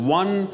one